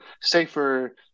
safer